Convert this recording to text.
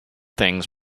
things